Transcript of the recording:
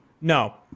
No